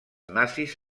nazis